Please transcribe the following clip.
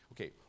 Okay